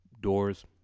Doors